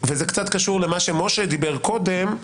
וזה קצת קשור למה שמשה דיבר קודם,